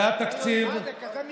הייתה כבר שלישית?